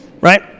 right